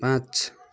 पाँच